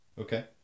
okay